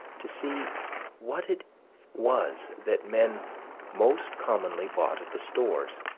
to see what it was that men most commonly bought at the stores,